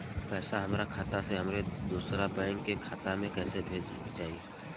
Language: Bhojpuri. पैसा हमरा खाता से हमारे दोसर बैंक के खाता मे कैसे भेजल जायी?